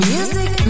Music